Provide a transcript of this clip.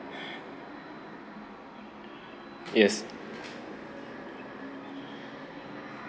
yes